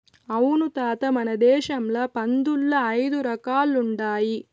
అవును తాత మన దేశంల పందుల్ల ఐదు రకాలుండాయి